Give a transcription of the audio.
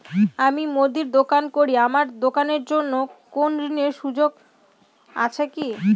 আমি মুদির দোকান করি আমার দোকানের জন্য কোন ঋণের সুযোগ আছে কি?